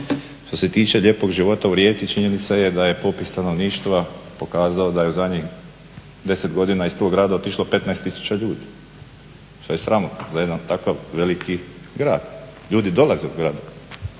Što se tiče lijepog života u Rijeci činjenica je da je popis stanovništva pokazao da je u zadnjih 10 godina iz tog grada otišlo 15 tisuća ljudi što je sramotno za jedan takav veliki grad. Ljudi dolaze u grad.